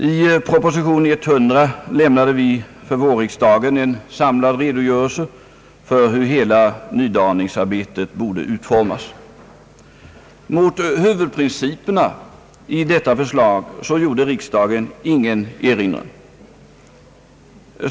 I proposition nr 100 lämnade vi vårriksdagen en samlad redogörelse för hur hela nydaningsarbetet borde utformas. Mot huvudprinciperna i detta förslag gjorde riksdagen ingen erinran.